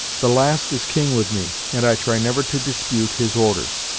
the last is king with me, and i try never to dispute his orders.